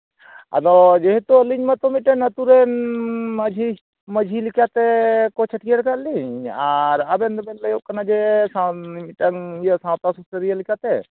ᱟᱫᱚ ᱡᱮᱦᱮᱛᱩ ᱟᱞᱤᱧ ᱢᱟᱛᱚ ᱢᱤᱫᱴᱮᱱ ᱟᱹᱛᱩ ᱨᱮᱱ ᱢᱟᱺᱡᱷᱤ ᱢᱟᱺᱡᱷᱤ ᱞᱮᱠᱟᱛᱮᱠᱚ ᱪᱷᱟᱹᱴᱭᱟᱹᱨ ᱟᱠᱟᱫ ᱞᱤᱧ ᱟᱨ ᱟᱵᱮᱱ ᱫᱚᱵᱮᱱ ᱞᱟᱹᱭᱚᱜ ᱠᱟᱱᱟ ᱡᱮ ᱥᱟᱶ ᱢᱤᱫᱴᱟᱝ ᱤᱭᱟᱹ ᱥᱟᱶᱛᱟ ᱥᱩᱥᱟᱹᱨᱤᱭᱟᱹ ᱞᱮᱠᱟᱛᱮ